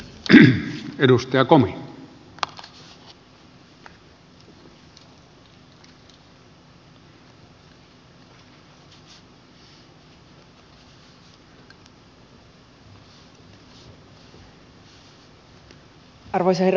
arvoisa herra puhemies